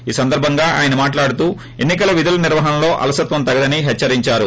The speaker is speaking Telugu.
ఈ సందర్బంగా ఆయన మాట్లాడుతూ ఎన్పికల విధుల నిర్వహణలో అలసత్వం తగదని హెచ్చరిందారు